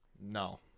No